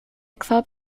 club